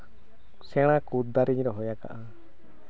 ᱥᱮᱬᱟ ᱠᱩᱸᱫᱽ ᱫᱟᱨᱮᱧ ᱨᱚᱦᱚᱭ ᱠᱟᱜᱼᱟ